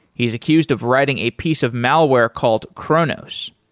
he is accused of writing a piece of malware called kronos.